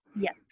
Yes